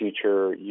future